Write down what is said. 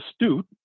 astute